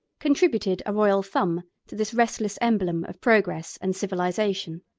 contributed a royal thumb to this restless emblem of progress and civilization.